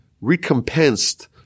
recompensed